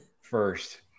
first